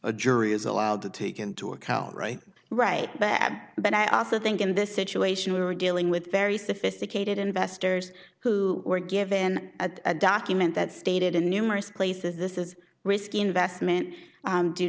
a jury is allowed to take into account right right bad but i also think in this situation we were dealing with very sophisticated investors who were given a document that stated in numerous places this is risky investment